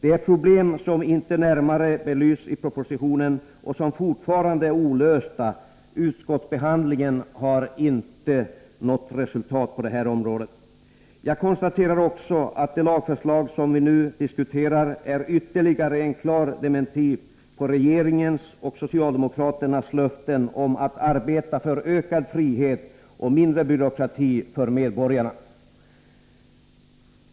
Det är problem som inte närmare belysts i propositionen och som fortfarande är olösta. Utskottsbehandlingen har inte lett till resultat på den här punkten. Jag konstaterar också att det lagförslag som vi nu diskuterar är ytterligare en klar dementi när det gäller regeringens och socialdemokraternas löften om att arbeta för ökad frihet och mindre byråkrati för medborgarna.